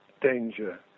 danger